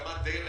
הכמה די רחבה.